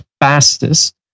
fastest